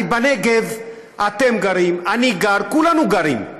הרי בנגב אתם גרים, אני גר, כולנו גרים.